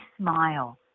smile